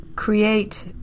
create